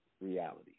Reality